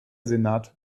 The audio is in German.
senat